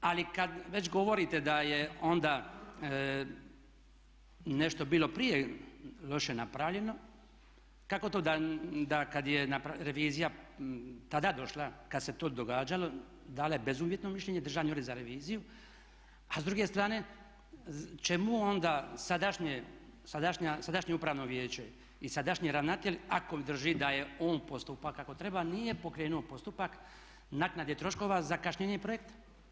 Ali kad već govorite da je onda nešto bilo prije loše napravljeno kako to da kad je revizija tada došla kad se to događalo dala je bezuvjetno mišljenje, Državni ured za reviziju, a s druge strane čemu onda sadašnje upravno vijeće i sadašnji ravnatelj ako drži da je on postupa kako treba a nije pokrenuo postupak naknade troškova zakašnjen je projekt.